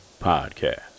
Podcast